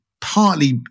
partly